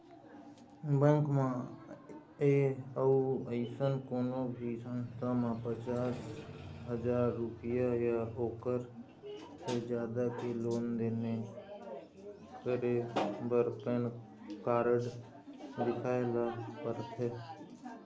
bank म य अउ अइसन कोनो भी संस्था म पचास हजाररूपिया य ओखर ले जादा के लेन देन करे बर पैन कारड देखाए ल परथे